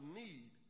need